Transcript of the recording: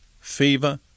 fever